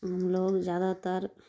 ہم لوگ زیادہ تر